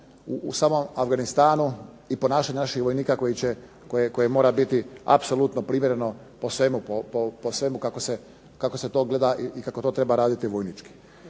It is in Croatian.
u samom Afganistanu i ponašanje naših vojnika koje mora biti apsolutno primjereno po svemu kako se to gleda i kako to treba vojnički.